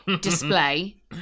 display